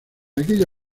aquella